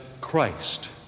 Christ